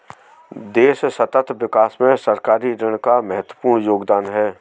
देश सतत विकास में सरकारी ऋण का महत्वपूर्ण योगदान है